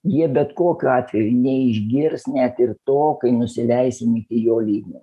jie bet kokiu atveju neišgirs net ir to kai nusileisim iki jo lygmenio